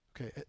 Okay